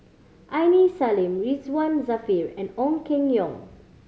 Aini Salim Ridzwan Dzafir and Ong Keng Yong